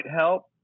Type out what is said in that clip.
help